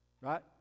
right